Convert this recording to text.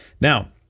Now